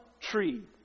tree